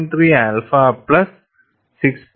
3 alpha plus 6